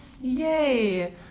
yay